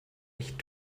echt